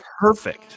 perfect